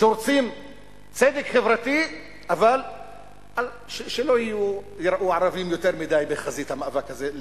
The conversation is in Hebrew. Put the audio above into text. שרוצים צדק חברתי אבל שלא יראו ערבים יותר מדי בחזית המאבק הזה,